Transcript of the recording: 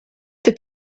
the